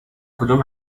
کدوم